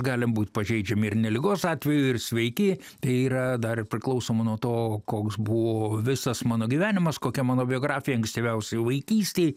galim būt pažeidžiami ir ne ligos atveju ir sveiki tai yra dar priklausomai nuo to koks buvo visas mano gyvenimas kokia mano biografija ankstyviausioj vaikystėj